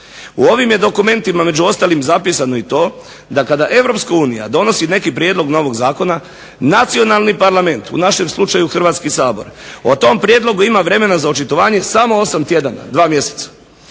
u ovim je dokumentima među ostalim zapisano i to da kada Europska unija donosi neki prijedlog novog zakona, nacionalni parlament u našem slučaju Hrvatski sabor, o tom prijedlogu ima vremena za očitovanje 8 tjedana, dva mjeseca.